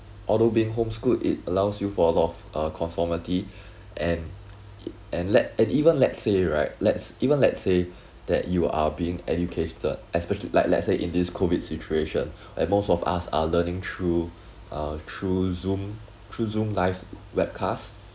although being homeschooled it allows you for a lot of uh conformity and and let and even let's say right let's even let's say that you are being educated especially like let's say in this COVID situation and most of us are learning through err through Zoom through Zoom live webcast